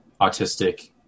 autistic